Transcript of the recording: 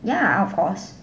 ya of course